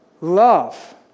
Love